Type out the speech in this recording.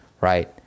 right